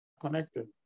connected